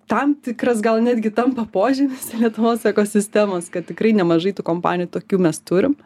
tam tikras gal netgi tampa požymis lietuvos ekosistemos kad tikrai nemažai tų kompanijų tokių mes turim